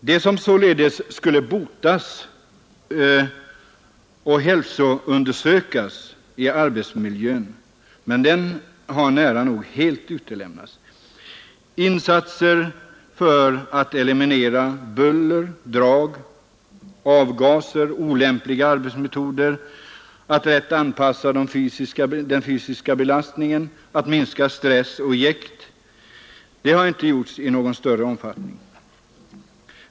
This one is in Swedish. Det som således skulle botas och hälsoundersökas är arbetsmiljön, men den har nära nog helt utelämnats. Insatser för att eliminera buller, drag, avgaser och olämpliga arbetsmetoder, för att rätt anpassa den fysiska belastningen, för att minska stress och jäkt har inte gjorts i någon större omfattning.